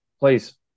please